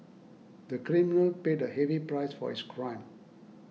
the criminal paid a heavy price for his crime